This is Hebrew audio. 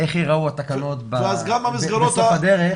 איך ייראו התקנות בסוף הדרך,